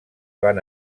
van